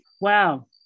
Wow